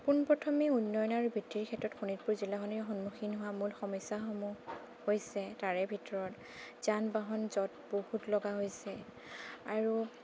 পোনপ্ৰথমে উন্নয়নৰ আৰু বৃদ্ধিৰ ক্ষেত্ৰত শোণিতপুৰ জিলাখনিৰ সন্মুখীন হোৱা মূল সমস্যাসমূহ হৈছে তাৰে ভিতৰত যান বাহন জঁট বহুত লগা হৈছে আৰু